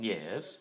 Yes